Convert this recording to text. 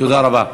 תודה רבה.